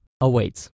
awaits